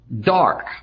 dark